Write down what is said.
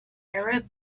arab